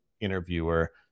interviewer